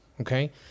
okay